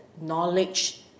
knowledge